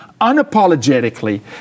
unapologetically